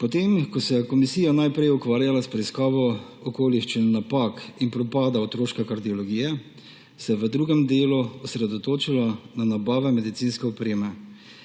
Potem ko se je komisija najprej ukvarjala s preiskavo okoliščin, napak in propada otroške kardiologije, se je v drugem delu osredotočila na nabave medicinske opreme,